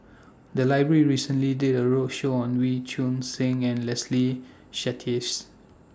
The Library recently did A roadshow on Wee Choon Seng and Leslie Charteris